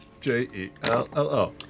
J-E-L-L-O